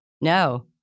No